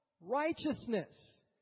Righteousness